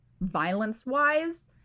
violence-wise